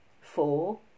Four